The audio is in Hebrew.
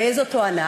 באיזו תואנה?